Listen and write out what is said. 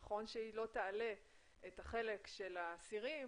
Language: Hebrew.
נכון שהיא לא תעלה את החלק של האסירים